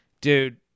dude